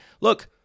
look